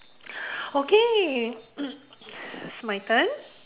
okay it's my turn